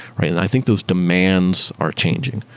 right? i think those demands are changing,